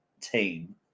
team